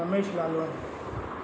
Ramesh Lalwani